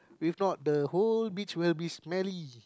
if not the whole beach will be smelly